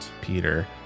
Peter